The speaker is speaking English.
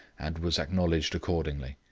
and was acknowledged accordingly.